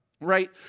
right